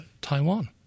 Taiwan